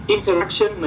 Interaction